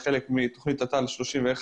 חלק מתכנית התמ"א 31,